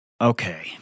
Okay